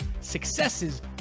successes